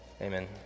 Amen